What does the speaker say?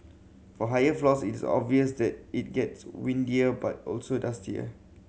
for high floors is obvious that it gets windier but also dustier